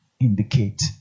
indicate